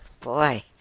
Boy